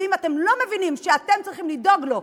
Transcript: ואם אתם לא מבינים שאתם צריכים לדאוג לו,